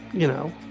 you know,